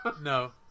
No